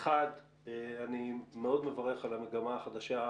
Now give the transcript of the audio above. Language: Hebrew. אחת, אני מאוד מברך על המגמה החדשה,